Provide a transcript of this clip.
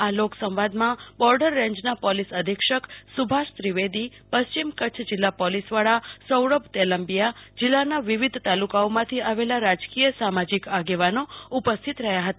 આ લોકસંવાદમાં બોર્ડર રેન્જના પોલીસ અધિક્ષક સુભાષ ત્રિવેદી પશ્ચિમ કચ્છ જીલ્લા પોલીસ વડા સૌરભ તોલામ્બીયા જીલ્લાના વિવિધ તાલુકાઓમાંથી આવેલા રાજકીય સામાજિક આગેવાનો ઉપસ્થિત રહ્યા હતા